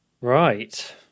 Right